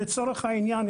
לצורך העניין,